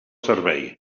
servei